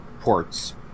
ports